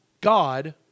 God